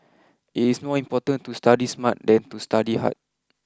it is more important to study smart than to study hard